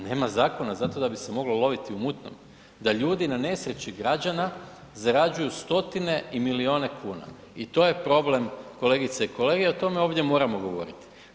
Nema zakona zato da bi se moglo loviti u mutnom, da ljudi na nesreći građana zarađuju stotine i milijune kuna i to je problem kolegice i kolege, o tome ovdje moramo govoriti.